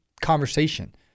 conversation